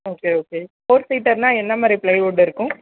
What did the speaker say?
okay okay four சீட்டருனா என்னமாதிரி plywood இருக்கும்